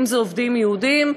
ואם זה עובדים יהודים,